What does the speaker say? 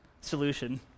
solution